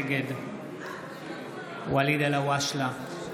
נגד ואליד אלהואשלה,